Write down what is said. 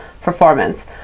performance